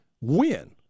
win